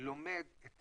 לומד את